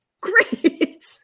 great